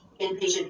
inpatient